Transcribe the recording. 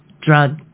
drug